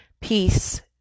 peace